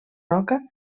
roca